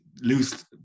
loose